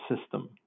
system